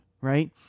right